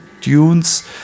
dunes